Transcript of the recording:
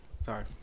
sorry